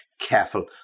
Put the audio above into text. careful